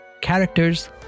Characters